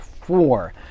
four